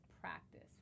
practice